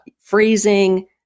freezing